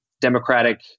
Democratic